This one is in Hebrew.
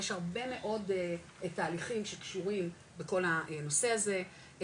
יש הרבה מאוד תהליכים שקשורים בכל הנושא הזה,